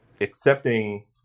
accepting